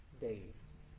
days